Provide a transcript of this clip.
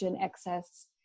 excess